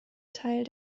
teil